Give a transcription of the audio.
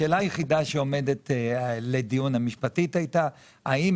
השאלה המשפטית היחידה שעומדת לדיון הייתה האם